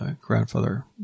Grandfather